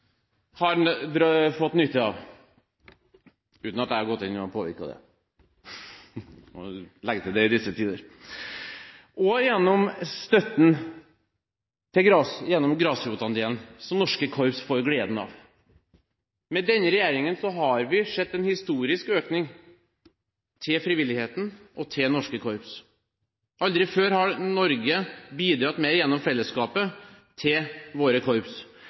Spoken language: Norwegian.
griner – har fått nytte av, uten at jeg har gått inn og påvirket det – jeg må legge til det i disse tider – og gjennom Grasrotandelen som norske korps får gleden av. Med denne regjeringen har vi sett en historisk økning til frivilligheten og til norske korps. Aldri før har Norge bidratt mer gjennom fellesskapet til våre korps.